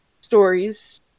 stories